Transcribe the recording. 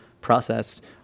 processed